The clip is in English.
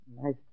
Nice